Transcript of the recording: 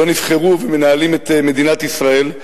שלא נבחרו ומנהלים את מדינת ישראל.